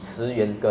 好吧